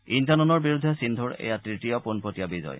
ইণ্টাননৰ বিৰুদ্ধে সিন্ধুৰ এয়া তৃতীয় পোনপটীয়া বিজয়